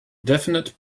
definite